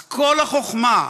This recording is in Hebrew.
אז כל החוכמה,